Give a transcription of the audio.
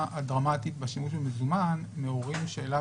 הדרמטית בשימוש במזומן מעוררים שאלה,